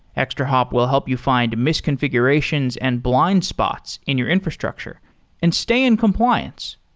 extrahop will help you find misconfigurations and blind spots in your infrastructure and stay in compliance.